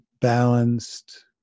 balanced